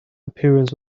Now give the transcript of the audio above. appearance